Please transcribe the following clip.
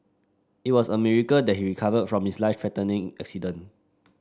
it was a miracle that he recovered from his life threatening accident